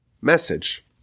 message